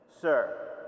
sir